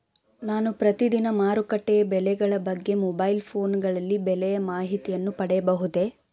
ನಾನು ಪ್ರತಿದಿನ ಮಾರುಕಟ್ಟೆಯ ಬೆಲೆಗಳ ಬಗ್ಗೆ ಮೊಬೈಲ್ ಫೋನ್ ಗಳಲ್ಲಿ ಬೆಲೆಯ ಮಾಹಿತಿಯನ್ನು ಪಡೆಯಬಹುದೇ?